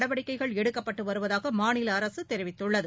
நடவடிக்கைகள் எடுக்கப்பட்டு வருவதாக மாநில அரசு தெரிவித்துள்ளது